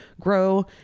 grow